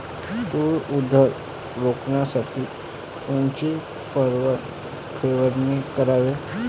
तूर उधळी रोखासाठी कोनची फवारनी कराव?